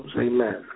Amen